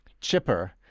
chipper